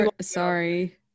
Sorry